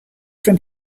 from